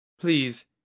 Please